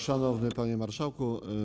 Szanowny Panie Marszałku!